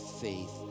faith